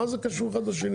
מה זה קשור אחד לשני?